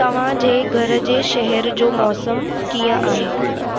तव्हांजे घर जे शहर जो मौसम कीअं आहे